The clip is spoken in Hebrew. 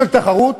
של תחרות,